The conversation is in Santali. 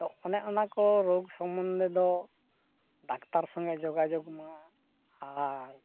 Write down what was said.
ᱟᱫᱚ ᱚᱱᱮ ᱚᱱᱟ ᱠᱚ ᱨᱳᱜᱽ ᱥᱚᱢᱵᱚᱱᱫᱷᱮ ᱫᱚ ᱰᱟᱠᱛᱟᱨ ᱥᱚᱸᱜᱮ ᱡᱳᱜᱟᱡᱳᱜᱽ ᱢᱮ ᱟᱨ